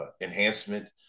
enhancement